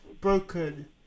broken